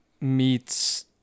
meets